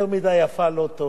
יותר מדי יפה לא טוב.